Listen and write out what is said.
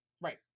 Right